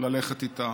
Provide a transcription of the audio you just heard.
ללכת איתם.